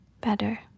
better